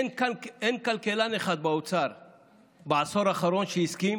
אין כלכלן אחד באוצר בעשור האחרון שהסכים